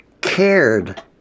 cared